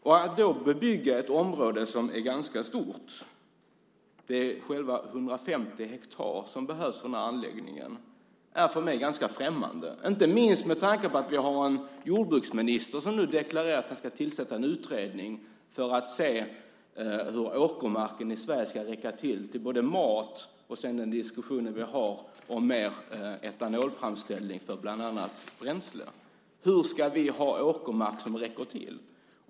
Och att då bebygga ett område som är ganska stort - det är 150 hektar som behövs för den här anläggningen - är för mig ganska främmande, inte minst med tanke på att vi har en jordbruksminister som nu deklarerar att han ska tillsätta en utredning för att se hur åkermarken i Sverige ska räcka till när det gäller både mat och den diskussion som vi har om mer etanolframställning för bland annat bränsle. Hur ska vi få åkermark som räcker till?